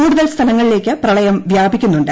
കൂടുതൽ സ്ഥലങ്ങളിലേയ്ക്ക് പ്രളയം വ്യാപിക്കുന്നുണ്ട്